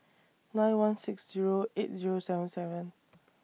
nine one six Zero eight Zero seven seven